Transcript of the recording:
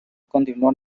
continuó